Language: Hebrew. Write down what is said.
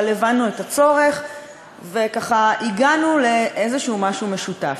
אבל הבנו את הצורך והגענו לאיזשהו משהו משותף.